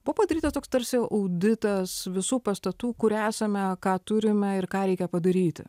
buvo padarytas toks tarsi auditas visų pastatų kur esame ką turime ir ką reikia padaryti